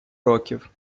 років